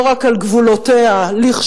לא רק על גבולותיה לכשייקבעו,